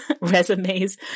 resumes